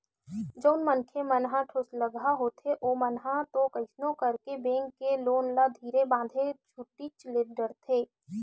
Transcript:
जउन मनखे मन ह ठोसलगहा होथे ओमन ह तो कइसनो करके बेंक के लोन ल धीरे बांधे करके छूटीच डरथे